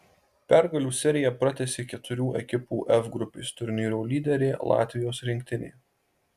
pergalių seriją pratęsė keturių ekipų f grupės turnyro lyderė latvijos rinktinė